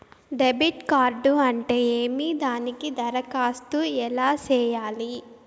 debit card అంటే ఏమి దానికి దరఖాస్తు ఎలా సేయాలి